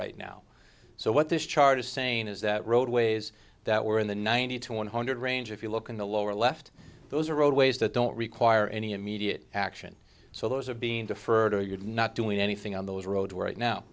right now so what this chart is saying is that roadways that were in the ninety two one hundred range if you look in the lower left those are roadways that don't require any immediate action so those are being to further you're not doing anything on those roads where right now